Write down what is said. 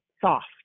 soft